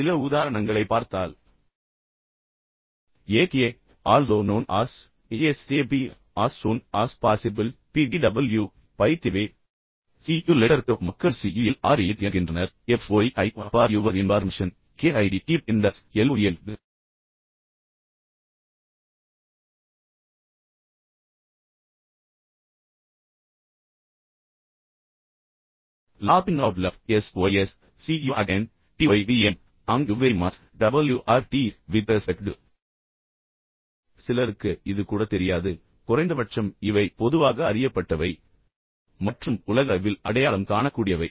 சில உதாரணங்களை பார்த்தால் aka also known as ASAP as soon as possible BTW by the way CU லெட்டர்க்கு மக்கள் CUL8R என்கின்றனர் FYI for your information KIT keep in touch LOL லாபிங் out loud SYS see you again TYVM thank you very much WRT with respect to இப்போது சிலருக்கு இது கூட தெரியாது ஆனால் நான் உங்களுக்குச் சொல்ல முயற்சிப்பது என்னவென்றால் குறைந்தபட்சம் இவை பொதுவாக அறியப்பட்டவை மற்றும் உலகளவில் அடையாளம் காணக்கூடியவை